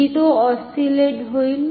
की तो ऑस्सिलेट होइल